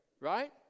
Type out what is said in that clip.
Right